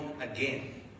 again